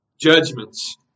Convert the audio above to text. Judgments